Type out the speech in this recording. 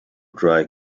dry